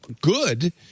good